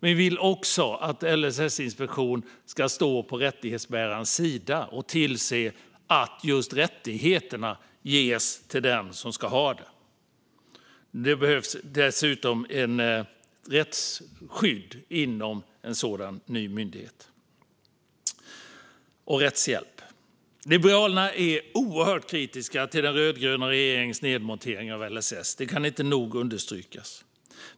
Vi vill också att LSS-inspektionen ska stå på rättighetsbärarens sida och tillse att den som har rättigheter ska få dem tillgodosedda. Det behövs dessutom rättsskydd och rättshjälp inom en sådan ny myndighet. Liberalerna är oerhört kritiska till den rödgröna regeringens nedmontering av LSS; det kan inte nog understrykas.